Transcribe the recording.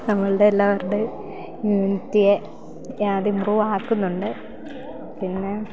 നമ്മളുടെ എല്ലാവരുടെയും യൂണിറ്റിയെ അത് ഇമ്പ്രൂവ് ആക്കുന്നുണ്ട് പിന്നെ